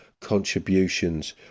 contributions